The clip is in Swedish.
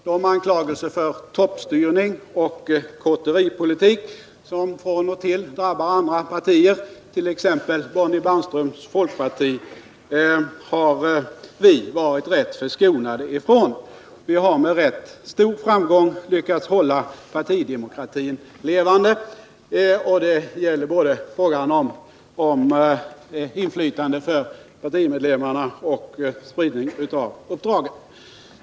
De anklagelser för toppstyrning och kotteripolitik som från och till drabbar andra partier — t.ex. Bonnie Bernströms folkparti — har vi varit rätt förskonade från. Vi har med ganska stor framgång lyckats hålla partidemokratin levande. Det gäller både frågan om inflytande för partimedlemmarna och spridning av uppdragen.